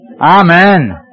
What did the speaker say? Amen